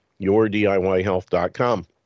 yourdiyhealth.com